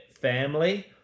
family